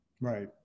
Right